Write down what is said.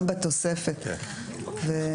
בתוספת כבר מאוד משפר את האפקטיביות של הצווים.